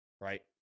Right